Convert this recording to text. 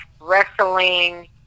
Wrestling